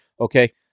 okay